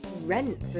rent